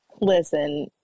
Listen